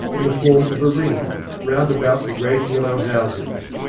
in the form of a ring, round about the great yellow houses.